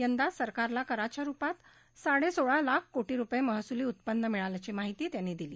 यंदा सरकारला कराच्या रुपात साडे सोळा लाख कोटी रुपये महसुली उत्पन्न मिळाल्याची माहिती त्यांनी दिली